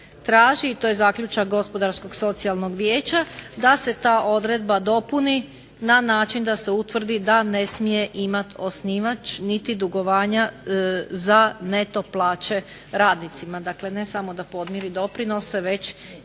traži i to je zaključak Gospodarskog socijalnog vijeća da se ta odredba dopuni na način da se utvrdi da ne smije imati osnivač niti dugovanja za neto plaće radnicima. Dakle, ne samo da podmiri doprinose već